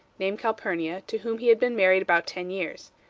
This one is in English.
named calpurnia, to whom he had been married about ten years.